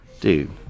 Dude